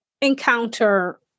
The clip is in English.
encounter